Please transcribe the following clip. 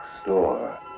store